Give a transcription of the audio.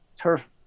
turf